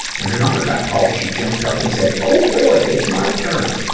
when her number got called, she jumped up and said, oh, boy! it's my turn!